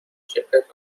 شرکت